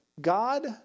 God